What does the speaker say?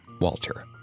Walter